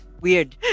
weird